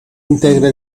integra